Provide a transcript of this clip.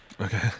Okay